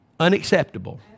unacceptable